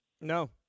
no